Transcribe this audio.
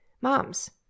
Moms